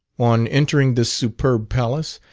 on entering this superb palace,